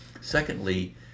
secondly